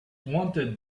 wanted